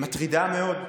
מטרידה מאוד.